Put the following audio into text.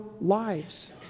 lives